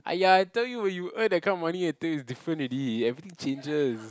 !aiya! I tell you when you earn that kind of money everything is different already everything changes